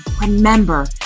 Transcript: remember